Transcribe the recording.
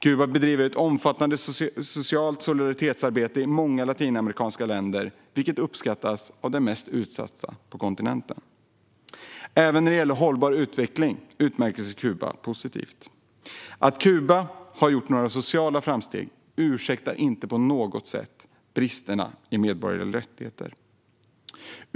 Kuba bedriver ett omfattande socialt solidaritetsarbete i många latinamerikanska länder, vilket uppskattas av de mest utsatta på kontinenten. Även när det gäller hållbar utveckling utmärker sig Kuba positivt. Att Kuba har gjort några sociala framsteg ursäktar dock inte på något sätt bristerna i medborgerliga rättigheter.